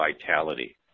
vitality